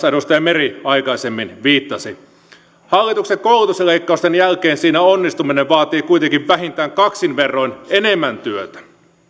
edustaja meri aikaisemmin viittasi hallituksen koulutusleikkausten jälkeen siinä onnistuminen vaatii kuitenkin vähintään kaksin verroin enemmän työtä